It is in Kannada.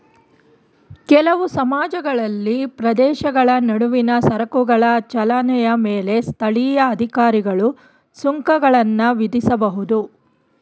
ಕೆಲವು ಸಮಾಜಗಳಲ್ಲಿ ಪ್ರದೇಶಗಳ ನಡುವಿನ ಸರಕುಗಳ ಚಲನೆಯ ಮೇಲೆ ಸ್ಥಳೀಯ ಅಧಿಕಾರಿಗಳು ಸುಂಕಗಳನ್ನ ವಿಧಿಸಬಹುದು